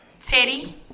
Teddy